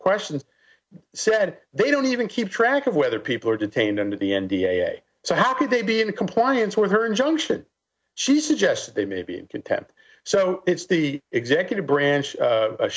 questions said they don't even keep track of whether people are detained under the n d a so how could they be in compliance with her injunction she suggests they may be contempt so it's the executive branch